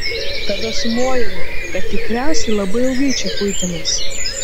tada sumojome kad tikriausiai labai ilgai čia kuitėmės